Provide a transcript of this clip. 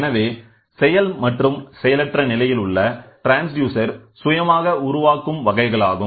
எனவே செயல் மற்றும் செயலற்ற நிலையில் உள்ள ட்ரான்ஸ்டியூசர் சுயமாக உருவாக்கும் வகைகளாகும்